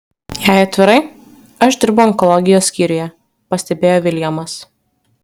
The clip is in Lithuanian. jei atvirai aš dirbu onkologijos skyriuje pastebėjo viljamas